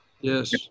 Yes